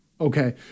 Okay